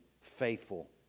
faithful